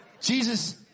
Jesus